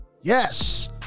Yes